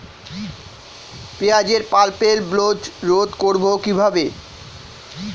পেঁয়াজের purple blotch রোধ করবো কিভাবে?